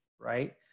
Right